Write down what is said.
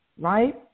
Right